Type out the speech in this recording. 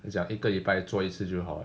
他讲一个礼拜做一次就好